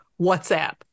WhatsApp